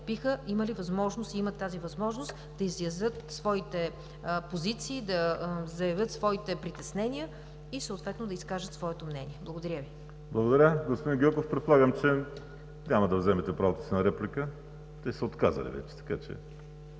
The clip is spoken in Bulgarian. имали възможност, и имат тази възможност, да изразят своите позиции, да заявят своите притеснения и съответно да изкажат своето мнение. Благодаря Ви. ПРЕДСЕДАТЕЛ ВАЛЕРИ СИМЕОНОВ: Благодаря. Господин Гьоков, предполагам, че няма да вземете правото си на реплика? Те са се отказали вече, така че…